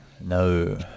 No